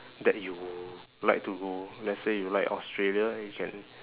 that you like to go let's say you like australia you can